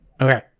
Okay